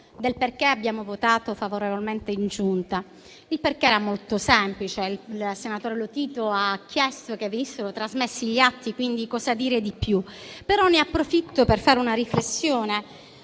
per cui abbiamo votato favorevolmente in Giunta. Il perché era molto semplice. Il senatore Lotito ha chiesto che venissero trasmessi gli atti: quindi che cosa dire di più? Ne approfitto però per fare una riflessione